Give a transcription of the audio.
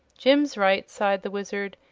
jim's right, sighed the wizard.